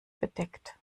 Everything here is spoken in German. bedeckt